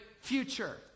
future